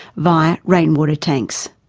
via rainwater tanks.